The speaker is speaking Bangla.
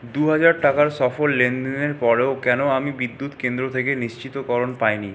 দু হাজার টাকার সফল লেনদেনের পরেও কেন আমি বিদ্যুৎ কেন্দ্র থেকে নিশ্চিতকরণ পাইনি